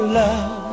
love